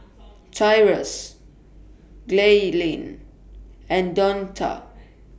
Tyrus Gaylene and Donta